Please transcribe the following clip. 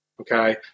Okay